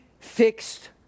fixed